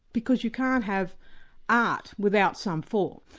because you can't have art without some form.